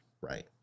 right